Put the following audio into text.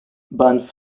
banff